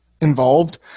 involved